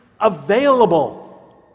available